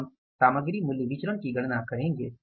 हम सामग्री मूल्य विचरण की गणना करेंगे